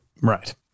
Right